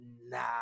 nah